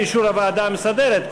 לאישור הוועדה המסדרת,